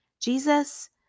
Jesus